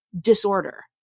disorder